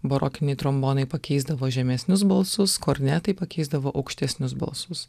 barokiniai trombonai pakeisdavo žemesnius balsus kornetai pakeisdavo aukštesnius balsus